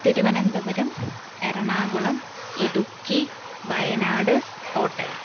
Thiruvananthapuram Ernakulam Idukki Wayanad Kottayam